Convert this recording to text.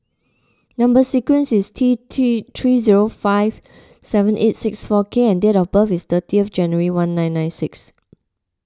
Number Sequence is T three zero five seven eight six four K and date of birth is thirty January nineteen ninety six